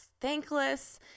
thankless